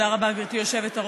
תודה רבה, גברתי היושבת-ראש.